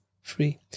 free